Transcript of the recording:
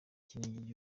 kinigi